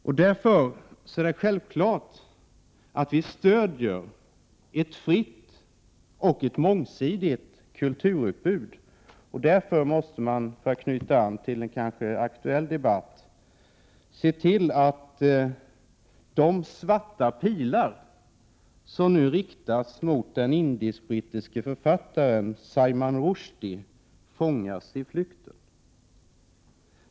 Mot den bakgrunden stödjer vi självfallet ett fritt och mångsidigt kulturutbud. Således måste man, för att knyta an till en aktuell debatt, se till att de ”svarta pilar” som nu riktas mot den indisk-brittiske författaren Salman Rushdie fångas i flykten.